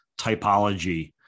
typology